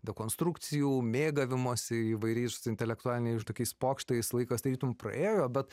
dekonstrukcijų mėgavimosi įvairiais intelektualiniais tokiais pokštais laikas tarytum praėjo bet